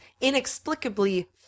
inexplicably